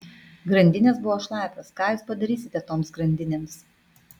grandinės buvo šlapios ką jūs padarysite toms grandinėms